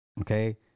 Okay